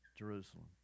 Jerusalem